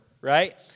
right